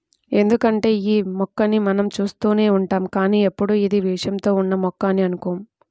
ఎందుకంటే యీ మొక్కని మనం చూస్తూనే ఉంటాం కానీ ఎప్పుడూ ఇది విషంతో ఉన్న మొక్క అని అనుకోము